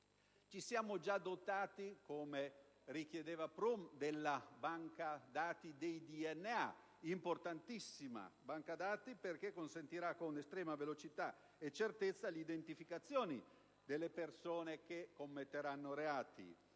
Ci siamo già dotati, come richiedeva il Trattato di Prüm, della banca dati dei DNA, che è importantissima perché consentirà con estrema velocità e certezza l'identificazione delle persone che commetteranno reati.